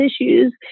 issues